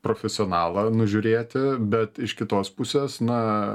profesionalą nužiūrėti bet iš kitos pusės na